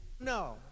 No